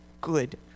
good